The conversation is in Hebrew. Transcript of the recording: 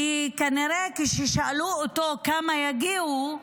כי כנראה כששאלו אותו כמה יגיעו,